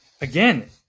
again